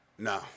No